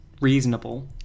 reasonable